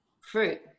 fruit